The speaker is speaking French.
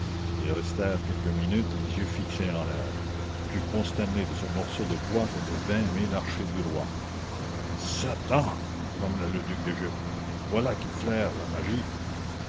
ils restèrent quelques minutes les yeux fixés en l'air plus consternés de ce morceau de bois que de vingt mille archers du roi satan grommela le duc d'égypte voilà qui flaire la magie